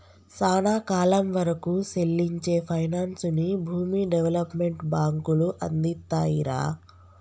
సానా కాలం వరకూ సెల్లించే పైనాన్సుని భూమి డెవలప్మెంట్ బాంకులు అందిత్తాయిరా